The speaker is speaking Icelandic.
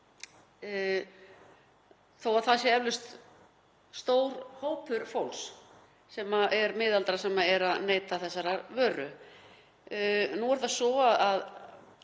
þó að það sé eflaust stór hópur fólks sem er miðaldra sem neytir þessarar vöru. Nú er það svo að